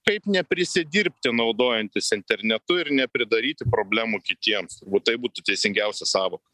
kaip neprisidirbti naudojantis internetu ir nepridaryti problemų kitiems tai būtų teisingiausia sąvoka